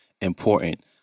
important